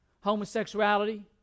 homosexuality